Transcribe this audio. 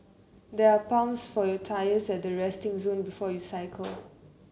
there are pumps for your tyres at the resting zone before you cycle